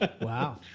Wow